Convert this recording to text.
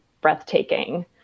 breathtaking